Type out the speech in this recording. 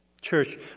Church